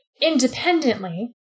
independently